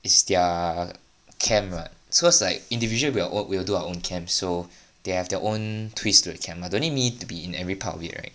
is their camp [what] so it's like individual we will work we'll do our own camp so they have their own twist to a camp ah don't need me to be in every part of it right